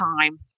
time